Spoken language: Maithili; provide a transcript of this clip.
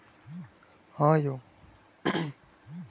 भारतक फूल अनेक देश मे भेजल या निर्यात कैल जाइ छै